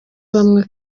bamwe